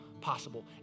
possible